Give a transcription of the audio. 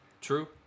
True